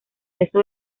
resto